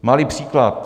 Malý příklad.